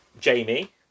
Jamie